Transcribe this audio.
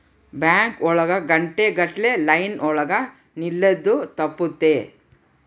bank ಒಳಗ ಗಂಟೆ ಗಟ್ಲೆ ಲೈನ್ ಒಳಗ ನಿಲ್ಲದು ತಪ್ಪುತ್ತೆ